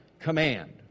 command